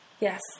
Yes